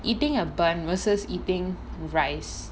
eating a burn versus eating rice